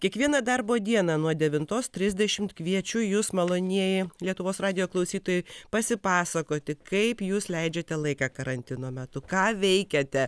kiekvieną darbo dieną nuo devintos trisdešimt kviečiu jus malonieji lietuvos radijo klausytojai pasipasakoti kaip jūs leidžiate laiką karantino metu ką veikiate